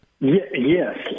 Yes